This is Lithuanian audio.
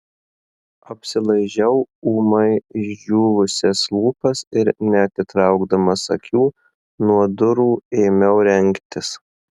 apsilaižiau ūmai išdžiūvusias lūpas ir neatitraukdamas akių nuo durų ėmiau rengtis